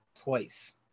twice